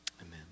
Amen